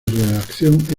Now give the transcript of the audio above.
redacción